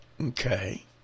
Okay